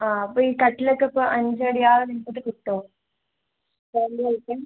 ആ അപ്പ ഈ കട്ടിലൊക്കെ ഇപ്പ അഞ്ചടിയ ആ നിട്ടട്ട് കിട്ടോ ണ്ടായിട്ട